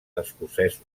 escocesos